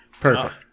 Perfect